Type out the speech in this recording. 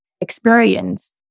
experience